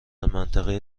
منطقه